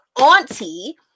auntie